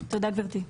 תודה, גברתי.